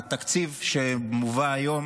התקציב שמובא היום